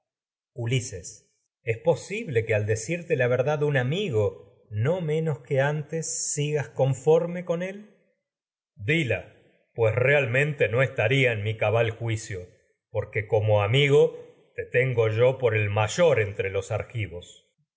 ulises es posible que al decirte la verdad un ami go no menos que antes sigas conforme con pues él agamemnón dila cabal realmente no estaría en mi juicio porque como amigo te tengo yo por el mayor entre los argivos